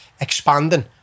expanding